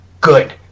Good